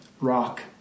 rock